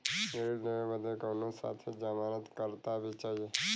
ऋण लेवे बदे कउनो साथे जमानत करता भी चहिए?